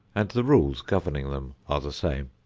and the rules governing them are the same.